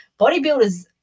bodybuilders